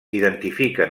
identifiquen